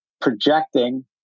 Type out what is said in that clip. projecting